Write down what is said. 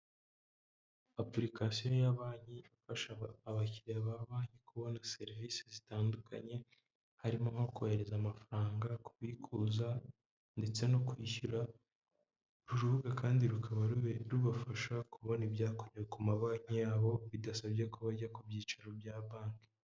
Apurikasiyo ya banki ifasha abakiriya ba banki kubona serivisi zitandukanye harimo nko kohereza amafaranga, kubikuza ndetse no kwishyura. Urubuga kandi rukaba rubereyo kubafasha kubona ibyakuwe ku ma banki yabo bidasabye ko bajya ku byicaro bya banki.